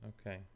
Okay